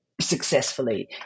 successfully